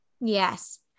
Yes